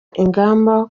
ingamba